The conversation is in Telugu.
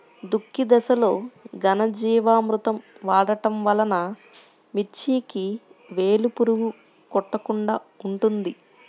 దుక్కి దశలో ఘనజీవామృతం వాడటం వలన మిర్చికి వేలు పురుగు కొట్టకుండా ఉంటుంది?